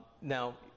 now